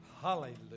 hallelujah